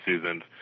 seasons